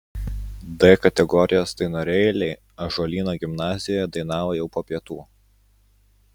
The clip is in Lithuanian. d kategorijos dainorėliai ąžuolyno gimnazijoje dainavo jau po pietų